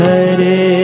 Hare